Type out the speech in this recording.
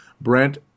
Brent